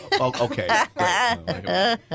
Okay